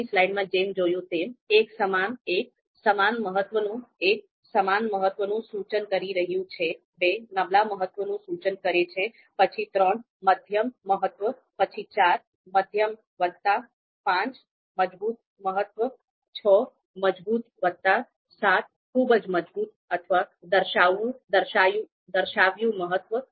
ઉપરની સ્લાઈડમાં જેમ જોયું તેમ ૧ સમાન મહત્વનું સૂચન કરી રહ્યું છે ૨ નબળા મહત્વનું સૂચન કરે છે પછી ૩ મધ્યમ મહત્વ પછી ૪ મધ્યમ વત્તા ૫ મજબૂત મહત્વ ૬ મજબૂત વત્તા ૭ ખૂબ મજબૂત અથવા દર્શાવ્યું મહત્વ